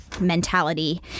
mentality